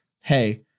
hey